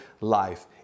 life